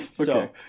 Okay